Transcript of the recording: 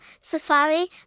Safari